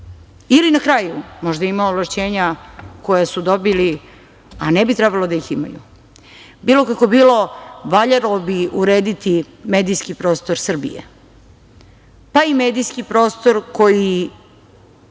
ili na kraju, možda ima ovlašćenja koja su dobili, a ne bi trebali da ih imaju. Bilo kako bilo, valjalo bi urediti medijski prostor Srbije, pa i medijski prostor koji